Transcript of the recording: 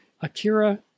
Akira